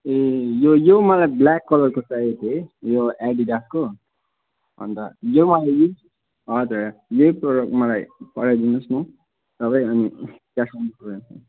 ए यो यो मलाई ब्ल्याक कलरको चाहिएको थियो यो एडिडासको अन्त यो मा अहिले हजुर यहि प्रडक्ट मलाई पठाइदिनुहोस् न तपाईँ अनि